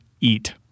eat